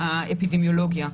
האפידמיולוגיה,